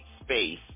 space